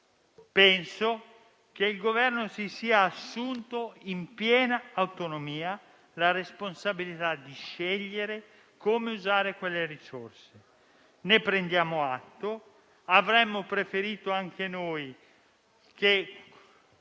Penso che il Governo, in piena autonomia, si sia assunto la responsabilità di scegliere come usare quelle risorse e ne prendiamo atto. Avremmo preferito anche noi che